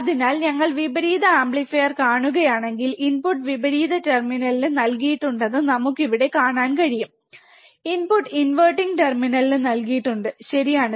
അതിനാൽ നിങ്ങൾ വിപരീത ആംപ്ലിഫയർ കാണുകയാണെങ്കിൽ ഇൻപുട്ട് വിപരീത ടെർമിനലിന് നൽകിയിട്ടുണ്ടെന്ന് നമുക്ക് ഇവിടെ കാണാൻ കഴിയും ഇൻപുട്ട് ഇൻവെർട്ടിംഗ് ടെർമിനലിന് നൽകിയിട്ടുണ്ട് ശരിയാണ്